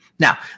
Now